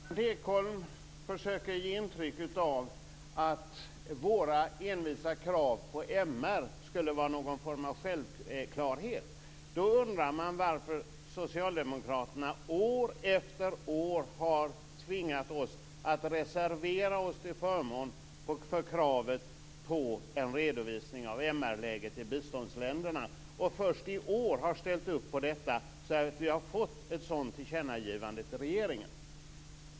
Fru talman! Berndt Ekholm försöker ge intrycket av att våra envisa krav på mänskliga rättigheter skulle vara någon form av självklarhet. Då undrar man varför socialdemokraterna år efter år har tvingat oss att reservera oss till förmån för kravet på en redovisning av MR-läget i biståndsländerna. Först i år har de ställt upp på detta, så att det har blivit ett tillkännagivande till regeringen.